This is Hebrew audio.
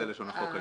זה לשון החוק היום.